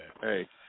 Hey